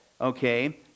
okay